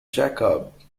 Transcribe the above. jacobs